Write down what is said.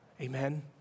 Amen